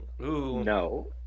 No